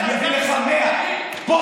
אני אביא לך 100. תביא.